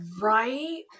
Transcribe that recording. Right